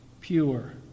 pure